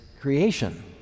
creation